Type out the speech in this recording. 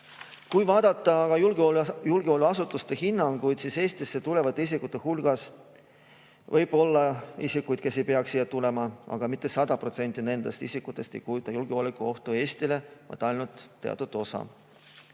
Kui vaadata aga julgeolekuasutuste hinnanguid, siis Eestisse tulevate isikute hulgas võib olla isikuid, kes ei peaks siia tulema, aga mitte 100% nendest isikutest ei kujuta julgeolekuohtu Eestile, vaid ainult teatud osa.